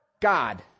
God